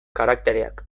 karaktereak